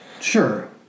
sure